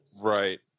Right